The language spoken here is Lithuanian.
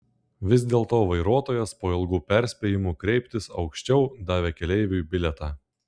vis dėlto vairuotojas po ilgų perspėjimų kreiptis aukščiau davė keleiviui bilietą